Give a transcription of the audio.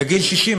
בגיל 60,